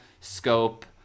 scope